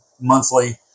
monthly